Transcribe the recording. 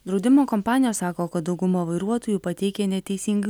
draudimo kompanijos sako kad dauguma vairuotojų pateikia neteisingai